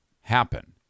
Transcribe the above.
happen